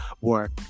work